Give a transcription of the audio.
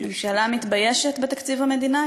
הממשלה מתביישת בתקציב המדינה?